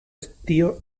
estío